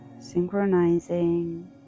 synchronizing